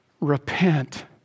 repent